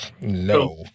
No